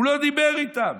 הוא לא דיבר איתם.